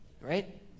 right